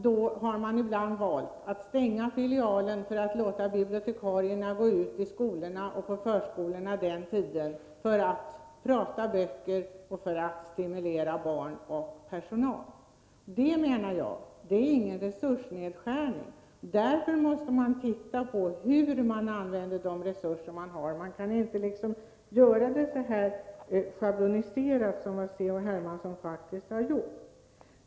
Då har man ibland valt att stänga filialen och låta bibliotekarierna gå ut till skolorna och förskolorna under den tiden för att prata om böcker, för att stimulera barn och personal. Det är, menar jag, ingen resursnedskärning. Därför måste vi se på hur man använder de resurser man har. Vi kan inte framställa det så schabloniserat som C.-H. Hermansson faktiskt har gjort.